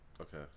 okay